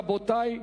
רבותי,